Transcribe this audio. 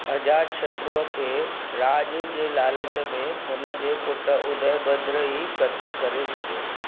अजातशत्रूअ खे राॼ जे लालच में हुनजे पुटु उदयभद्र ई कतलु करे छडि॒यो